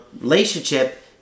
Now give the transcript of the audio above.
relationship